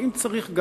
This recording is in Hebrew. ואם צריך,